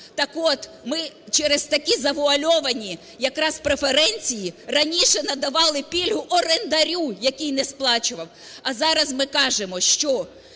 Так, от ми через такі завуальовані якраз преференції раніше надавали пільгу орендарю, який не сплачував. А зараз ми кажемо, що